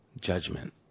Judgment